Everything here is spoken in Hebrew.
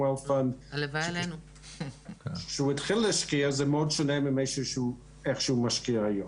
--- שכשהיא התחילה להשקיע זה מאוד שונה מאיך שהיא משקיעה היום.